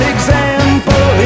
Example